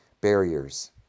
barriers